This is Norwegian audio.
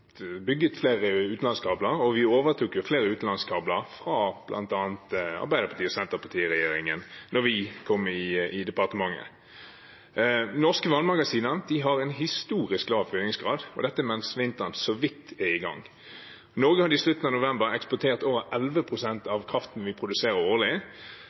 flere utenlandskabler, og vi overtok jo flere utenlandskabler fra regjeringen med bl.a. Arbeiderpartiet og Senterpartiet da vi kom i departementet. Norske vannmagasiner har en historisk lav fyllingsgrad, og dette mens vinteren så vidt er i gang. Norge hadde i slutten av november eksportert over